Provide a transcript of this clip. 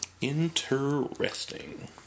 Interesting